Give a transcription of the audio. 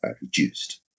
reduced